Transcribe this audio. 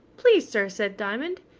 please sir said diamond,